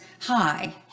Hi